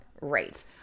Right